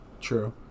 True